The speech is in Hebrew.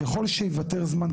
ככל שיוותר זמן,